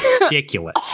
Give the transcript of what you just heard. ridiculous